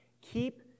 Keep